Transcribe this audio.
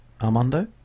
Armando